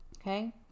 Okay